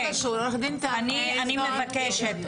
אני מבקשת,